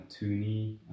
toony